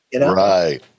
Right